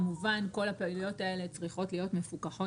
כמובן שכל הפעילויות האלה צריכות להיות מפוקחות